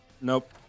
nope